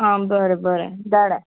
आ बरें बरें धाडा